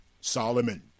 Solomon